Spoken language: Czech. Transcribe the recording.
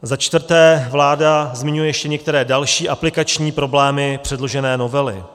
Za čtvrté, vláda zmiňuje ještě některé další aplikační problémy předložené novely.